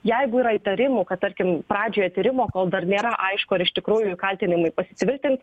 jeigu yra įtarimų kad tarkim pradžioje tyrimo kol dar nėra aišku ar iš tikrųjų kaltinimai pasitvirtins